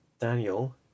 Daniel